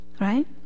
Right